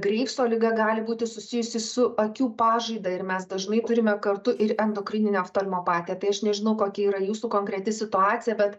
greivso liga gali būti susijusi su akių pažaida ir mes dažnai turime kartu ir endokrininę oftolmopatiją aš nežinau kokia yra jūsų konkreti situacija bet